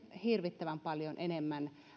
hirvittävän paljon enemmän